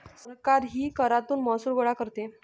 सरकारही करातून महसूल गोळा करते